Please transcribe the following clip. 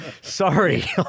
Sorry